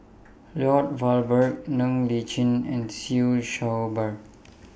Lloyd Valberg Ng Li Chin and Siew Shaw Her